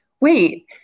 wait